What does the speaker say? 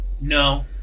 No